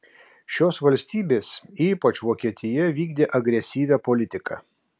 šios valstybės ypač vokietija vykdė agresyvią politiką